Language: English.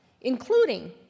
including